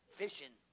fishing